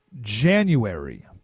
January